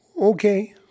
Okay